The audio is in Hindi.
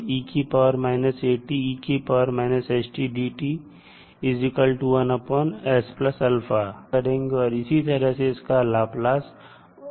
इसलिए हम इसका प्रयोग करेंगे और इसी तरह से इसका लाप्लास होगा